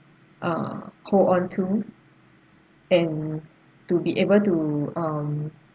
uh hold on to and to be able to um